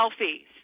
selfies